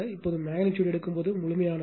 இப்போது மெக்னிட்யூடு எடுக்கும்போது முழுமையானது